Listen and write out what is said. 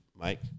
Mike